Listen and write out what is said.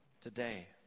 today